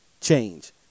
change